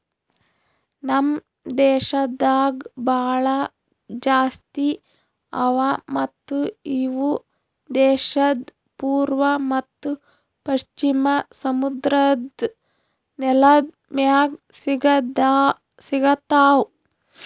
ನಮ್ ದೇಶದಾಗ್ ಭಾಳ ಜಾಸ್ತಿ ಅವಾ ಮತ್ತ ಇವು ದೇಶದ್ ಪೂರ್ವ ಮತ್ತ ಪಶ್ಚಿಮ ಸಮುದ್ರದ್ ನೆಲದ್ ಮ್ಯಾಗ್ ಸಿಗತಾವ್